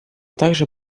также